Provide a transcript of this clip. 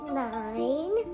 nine